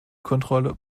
kontrolle